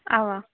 اَوا